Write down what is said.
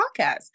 podcast